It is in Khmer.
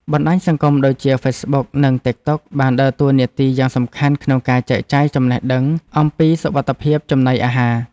បណ្តាញសង្គមដូចជាហ្វេសប៊ុកនិងទិកតុកបានដើរតួនាទីយ៉ាងសំខាន់ក្នុងការចែកចាយចំណេះដឹងអំពីសុវត្ថិភាពចំណីអាហារ។